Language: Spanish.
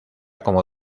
como